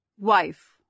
Wife